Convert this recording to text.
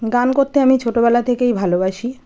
গান করতে আমি ছোটোবেলা থেকেই ভালোবাসি